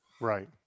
right